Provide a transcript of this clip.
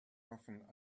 often